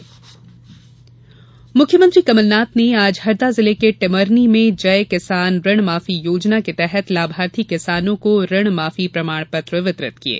कमलनाथ मुख्यमंत्री कमलनाथ ने आज हरदा जिले के टिमरनी में जय किसान ऋण माफी योजना के तहत लाभार्थी किसानों को ऋण माफी प्रमाण पत्र वितरित किये